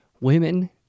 women